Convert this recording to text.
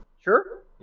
Sure